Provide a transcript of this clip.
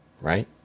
right